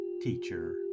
teacher